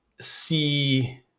see